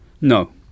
No